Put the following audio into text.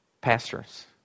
pastors